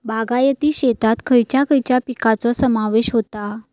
बागायती शेतात खयच्या खयच्या पिकांचो समावेश होता?